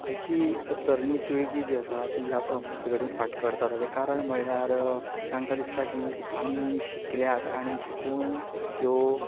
आयची तरणाटी पिळगी जी आसा ती ह्या संस्कृती कडेन फाट करता ताचें कारण म्हणल्यार तांकां दिसता की आमी शिकल्यांत आनी शिकून ह्यो